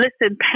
Listen